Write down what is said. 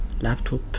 laptop